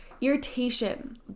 irritation